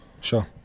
Sure